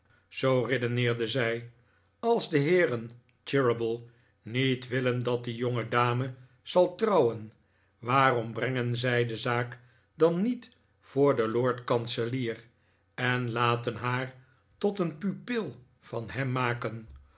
zoo redeneerde zij als de heeren cheeryble niet willen dat die jongedame zal trouwen waarom brengen zij de zaak dan niet voor den lord kanselier en laten haar tot een pupil van hem maken